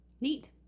Neat